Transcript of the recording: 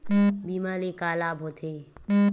बीमा ले का लाभ होथे?